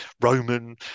Roman